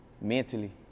mentally